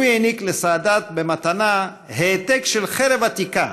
הוא העניק לסאדאת במתנה העתק של חרב עתיקה